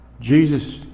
Jesus